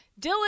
Dylan